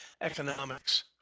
economics